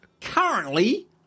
currently